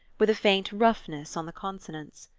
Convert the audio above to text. with a faint roughness on the consonants.